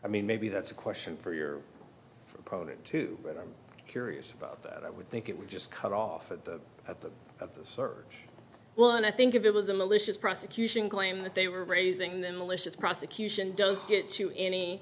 i mean maybe that's a question for your opponent too but i'm curious about that i would think it would just cut off at the at the at the search when i think of it was a malicious prosecution claim that they were raising then malicious prosecution does get to any